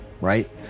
right